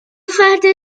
فرد